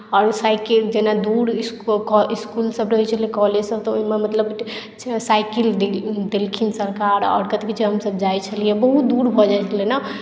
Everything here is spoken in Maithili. आओर साइकिल जेना दूर इसकु इस्कुलसभ रहैत छै कॉलेजसभ तऽ ओहिमे मतलब साइकिल देल देलखिन सरकार आओर कथी कहैत छै हमसभ जाइत छलियै बहुत दूर भऽ जाइत छलै ने